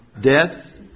death